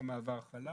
הכלכלה